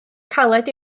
caled